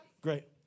Great